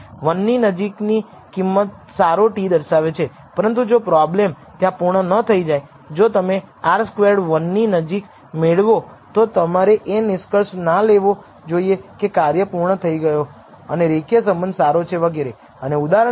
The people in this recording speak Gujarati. તેથી β̂₀ માટે તમારા માટે આંકડાની ગણતરી કરી છે અને β1 0 છે કે નહીં તે ચકાસવા માટેના આંકડા અને તે આ આંકડાકીય મૂલ્યની ગણતરી કરે છે અને આ નિર્ણાયક મૂલ્ય સાથે સરખામણી કરી છે જ્યારે વિતરણ યોગ્ય ડિગ્રીઝ ઓફ ફ્રીડમ સાથે t વિતરણ અને નિષ્કર્ષ આવે છે કે ઉપલા નિર્ણાયક મૂલ્ય અથવા સંભાવનાઓ 0